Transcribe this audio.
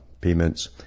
payments